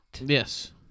Yes